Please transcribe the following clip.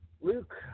Luke